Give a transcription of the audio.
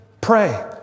Pray